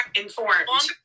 informed